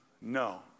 No